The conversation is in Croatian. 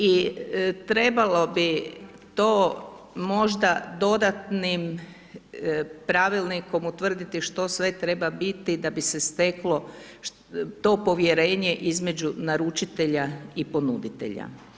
I trebalo bi to možda dodatnim pravilnikom utvrditi što sve treba biti da bi se steklo to povjerenje između naručitelja i ponuditelja.